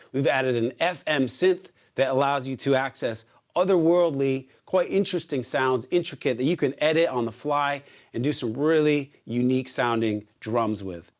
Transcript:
we've added an fm synth that allows you to access otherworldly, quite interesting sounds intricate that you can edit on the fly and do some really unique sounding drums with.